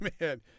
Man